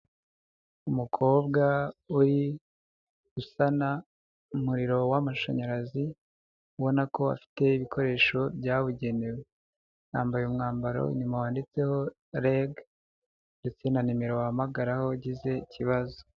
Umukobwa uri gusana umuriro w'amashanyarazi ubona ko afite ibikoresho byabugenewe, yambaye umwambaro nyuma wanditseho REG ndetse na nimero wahamagaraho ugize ikibazo.